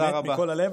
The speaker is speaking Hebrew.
באמת מכל הלב,